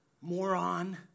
moron